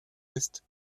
ist